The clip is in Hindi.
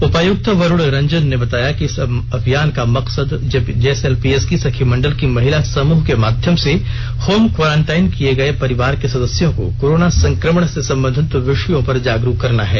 उपायुक्त वरूण रंजन ने बताया कि इस अभियान का मकसद जेएसएलपीएस की सखी मंडल की महिला समृह के माध्यम से होम क्वारंटाइन किये गए परिवार के सदस्यों को कोरोना संक्रमण से संबंधित विषयों पर जागरूक करना है